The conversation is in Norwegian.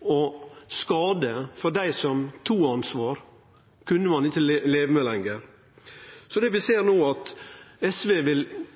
og skade for dei som tok ansvar, kunne ein ikkje leve med lenger. Det vi ser no, er at SV vil